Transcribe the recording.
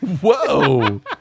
Whoa